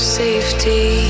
safety